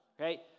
Okay